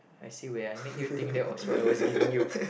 I see where I make you think that was what I was giving you